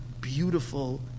beautiful